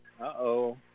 Uh-oh